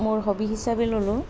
মোৰ হ'বি হিচাপে ল'লোঁ